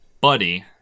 buddy